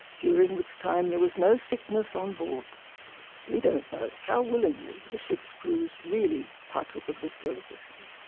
during which time there was no sickness on board' we don't know how willingly the ships' crews really partook of this delicacy.